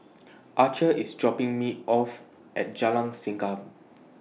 Archer IS dropping Me off At Jalan Segam